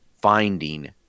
finding